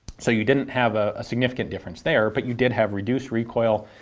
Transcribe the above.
so you didn't have a significant difference there, but you did have reduced recoil,